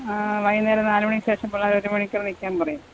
ആ വൈകുന്നേരം നാലുമണിക്ക് ശേഷം പിള്ളേർ ഒരു മണിക്കൂറ് നിൽക്കാൻ പറയാം